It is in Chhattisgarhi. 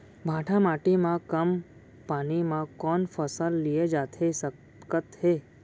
भांठा माटी मा कम पानी मा कौन फसल लिए जाथे सकत हे?